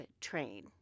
train